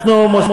(תיקון,